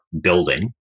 building